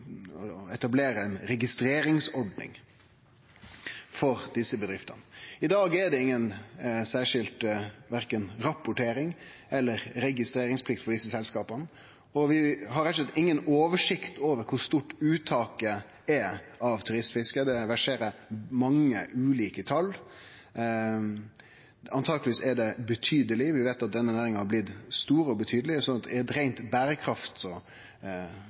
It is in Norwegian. etablere ei registreringsordning for desse bedriftene. I dag er det ingen særskilde rapporterings- eller registreringsplikter for desse selskapa, og vi har rett og slett ingen oversikt over kor stort uttaket av turistfiske er. Det verserer mange ulike tal. Antakeleg er det betydeleg. Vi veit at denne næringa er blitt stor og betydeleg, så i eit reint berekraftig forvaltningsperspektiv er